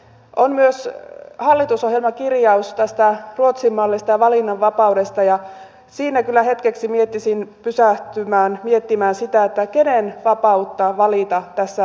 on myös hallitusohjelmakirjaus tästä ruotsin mallista ja valinnanvapaudesta ja siinä kyllä hetkeksi kehottaisin pysähtymään ja miettimään sitä kenen vapautta valita tässä ajetaan